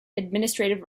administrative